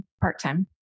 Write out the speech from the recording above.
part-time